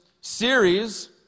series